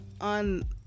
on